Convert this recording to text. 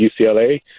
UCLA